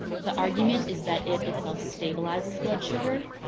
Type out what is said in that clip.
the argument is that it itself stabilizes blood sugar.